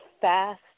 fast